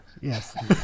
Yes